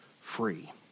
free